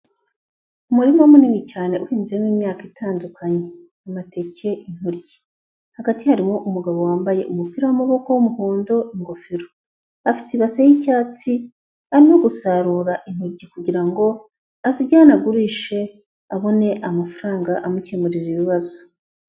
Umurima munini cyane uhinzemo imyaka itandukanye amateke, intoryi, hagati harimo umugabo wambaye umupira w'amaboko w'umuhondo, ingofero, afite ibase y'icyatsi arimo gusarura intoryi kugira ngo azijyane agurishe abone amafaranga amukemurira ibibazo.